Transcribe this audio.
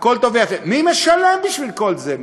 הכול טוב ויפה, מי משלם בשביל כל זה?